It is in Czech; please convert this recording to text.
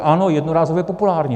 Ano, jednorázové je populární.